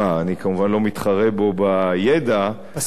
אני כמובן לא מתחרה בו בידע, פסוק.